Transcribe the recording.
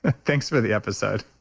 thanks for the episode